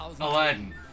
Aladdin